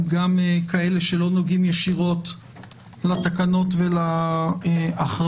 גם כאלה שלא נוגעים ישירות לתקנות ולהכרזה.